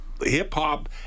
hip-hop